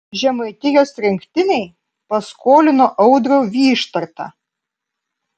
žemaitijos rinktinei paskolino audrių vyštartą